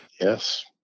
Yes